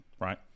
right